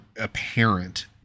apparent